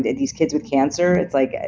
these kids with cancer, it's like,